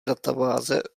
databáze